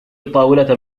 الطاولة